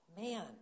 man